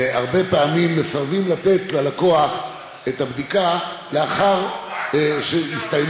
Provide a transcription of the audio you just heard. והרבה פעמים מסרבים לתת ללקוח את הבדיקה לאחר שהסתיימה